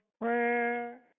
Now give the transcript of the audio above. prayer